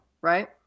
right